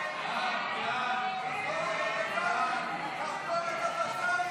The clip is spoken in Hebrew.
להעביר לוועדה את הצעת חוק ההגנה על ישראלים